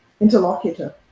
interlocutor